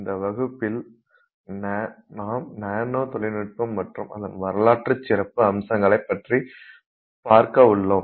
இந்த வகுப்பில் நாம் நானோ தொழில்நுட்பம் மற்றும் அதன் வரலாற்றுக் சிறப்பு அம்சங்களை பற்றி பார்க்கவுள்ளோம்